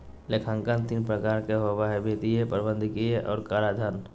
लेखांकन तीन प्रकार के होबो हइ वित्तीय, प्रबंधकीय और कराधान